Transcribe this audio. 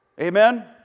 Amen